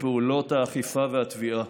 לפעולות האכיפה והתביעה.